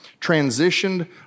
transitioned